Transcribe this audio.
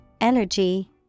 energy